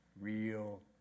real